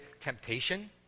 temptation